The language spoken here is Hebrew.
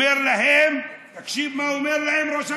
אומר להם, תקשיב מה הוא אומר להם, ראש הממשלה,